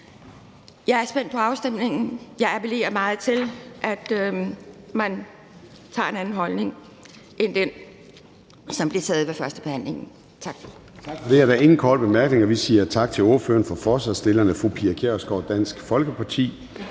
jeg er spændt på afstemningen. Jeg appellerer meget til, at man indtager en anden holdning end den, som blev indtaget ved førstebehandlingen. Tak.